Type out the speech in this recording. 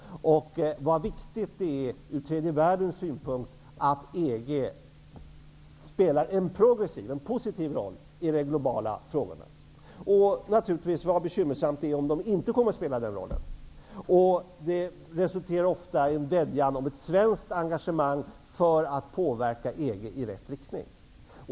Från tredje världens synpunkt är det viktigt att EG spelar en progressiv, positiv, roll i de globala frågorna. Naturligtvis är det bekymmersamt om EG inte kommer att spela den rollen. Det här resulterar ofta i en vädjan om svenskt engagemang för att påverka EG i rätt riktning.